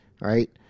right